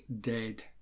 dead